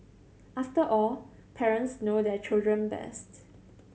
after all parents know their children best